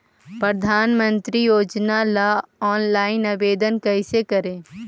प्रधानमंत्री योजना ला ऑनलाइन आवेदन कैसे करे?